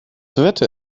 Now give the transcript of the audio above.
wetter